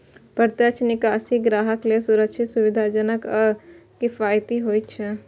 प्रत्यक्ष निकासी ग्राहक लेल सुरक्षित, सुविधाजनक आ किफायती होइ छै